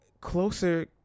Closer